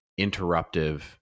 interruptive